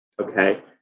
okay